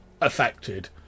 affected